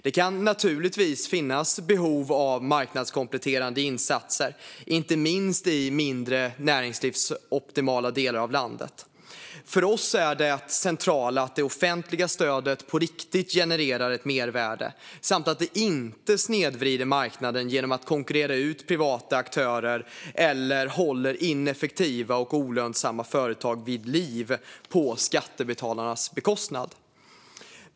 Det kan naturligtvis finnas behov av marknadskompletterande insatser, inte minst i mindre näringslivsoptimala delar av landet. För oss är det centrala att det offentliga stödet på riktigt genererar ett mervärde och att det inte snedvrider marknaden genom att konkurrera ut privata aktörer eller hålla ineffektiva och olönsamma företag vid liv på skattebetalarnas bekostnad.